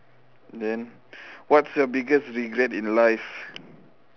then what's your biggest regret in life